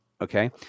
Okay